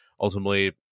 ultimately